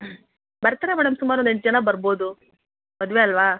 ಬರ್ತಾರೆ ಮೇಡಮ್ ಸುಮಾರು ಒಂದು ಎಂಟು ಜನ ಬರ್ಬೋದು ಮದುವೆ ಅಲ್ಲವಾ